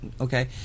okay